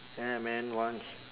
ya man once